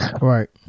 Right